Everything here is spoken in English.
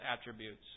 attributes